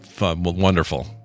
wonderful